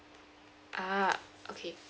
ah okay